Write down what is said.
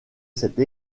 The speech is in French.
cette